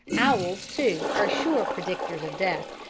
owls, too, are sure predictors of death,